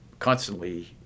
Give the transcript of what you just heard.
constantly